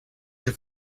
your